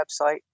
website